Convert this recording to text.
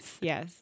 yes